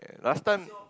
at last time